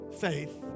faith